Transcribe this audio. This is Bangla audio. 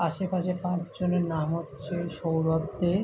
আশেপাশে পাঁচ জনের নাম হচ্ছে সৌরভ দে